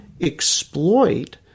exploit